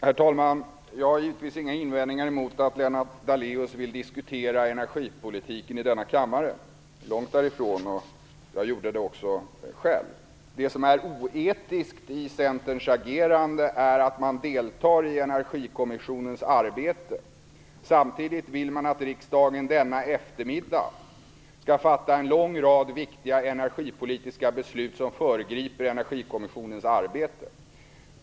Herr talman! Jag har givetvis inga invändningar mot att Lennart Daléus vill diskutera energipolitiken i denna kammare, långt därifrån. Jag gjorde det själv. Det som för det första är oetiskt i Centerns agerande är att man deltar i Energikommissionens arbete. Samtidigt vill man att riksdagen denna eftermiddag skall fatta en lång rad viktiga energipolitiska beslut som föregriper Energikommissionens arbete.